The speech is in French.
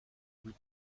nous